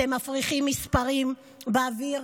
אתם מפריחים מספרים באוויר,